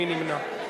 מי נמנע?